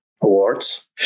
awards